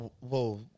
whoa